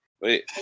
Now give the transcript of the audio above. Wait